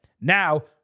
Now